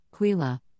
quila